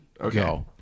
Okay